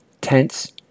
tense